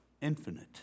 infinite